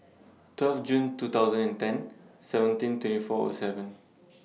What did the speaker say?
twelve June two thousand and ten seventeen twenty four O seven